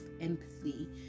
empathy